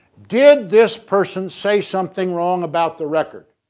did this person say something wrong about the record?